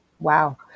Wow